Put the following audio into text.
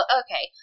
okay